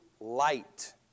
light